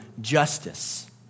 justice